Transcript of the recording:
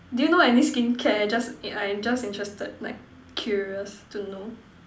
do you know any skincare just eh I am just interested like curious to know